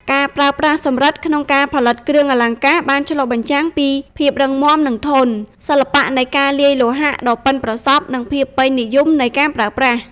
ការប្រើប្រាស់សំរឹទ្ធិក្នុងការផលិតគ្រឿងអលង្ការបានឆ្លុះបញ្ចាំងពី ភាពរឹងមាំ និងធន់ សិល្បៈនៃការលាយលោហៈដ៏ប៉ិនប្រសប់ និងភាពពេញនិយមនៃការប្រើប្រាស់។